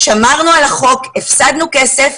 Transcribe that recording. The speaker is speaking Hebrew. שמרנו על החוק, הפסדנו כסף